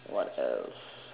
what else